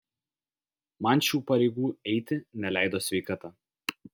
man šių pareigų eiti neleido sveikata